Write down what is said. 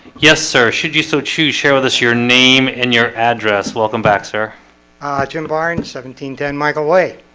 yes, sir. should you so choose share with us your name and your address? welcome back, sir jim bar in seventeen ten michael wait,